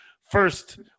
first